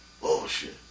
Bullshit